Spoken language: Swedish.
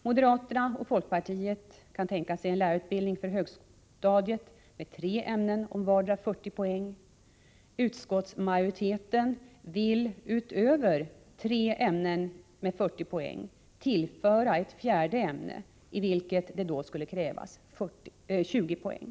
Moderaterna och folkpartiet kan tänka sig en lärarutbildning för högstadiet med tre ämnen om vardera 40 poäng. Utskottsmajoriteten vill därutöver tillföra ett fjärde ämne, i vilket då skulle krävas 20 poäng.